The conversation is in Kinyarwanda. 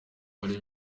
bari